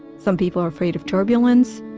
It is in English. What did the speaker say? some people are afraid of turbulence.